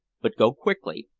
but go quickly,